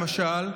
למשל,